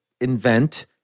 invent